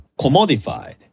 commodified